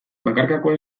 bakarkakoa